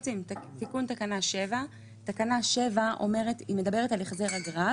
תיקון תקנה 7. תקנה 7 מדברת על החזר אגרה,